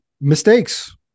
mistakes